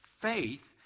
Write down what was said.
faith